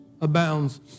abounds